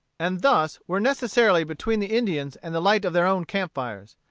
and thus were necessarily between the indians and the light of their own camp-fires.